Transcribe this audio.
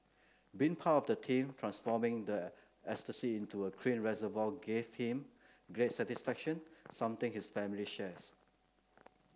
being part of the team transforming the estuary into a clean reservoir gave him great satisfaction something his family shares